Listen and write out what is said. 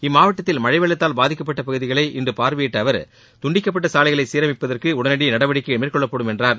இம்மாவட்டத்தில் மழை வெள்ளத்தால் பாதிக்கப்பட்ட பகுதிகளை இன்று பார்வையிட்ட அவர் துண்டிக்கப்பட்ட சாலைகளை சீரமைப்பதற்கு உடனடி நடவடிக்கை மேற்கொள்ளப்படும் என்றார்